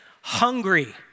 hungry